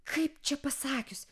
kaip čia pasakius